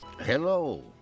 hello